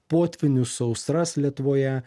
potvynius sausras lietuvoje